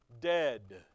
dead